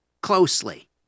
closely